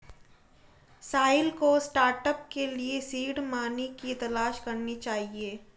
साहिल को स्टार्टअप के लिए सीड मनी की तलाश करनी चाहिए